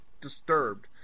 disturbed